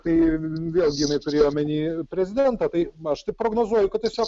tai vėlgi jinai turėjo omeny prezidentą tai aš tai prognozuoju kad tiesiog